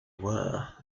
were